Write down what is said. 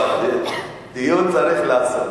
דיון צריך לעשות.